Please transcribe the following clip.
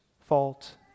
fault